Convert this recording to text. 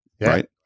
Right